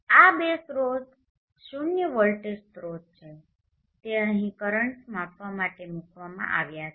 આ બે સ્રોત શૂન્ય વોલ્ટેજ સ્રોત છે તે અહીં કરંટ્સ માપવા માટે મૂકવામાં આવ્યા છે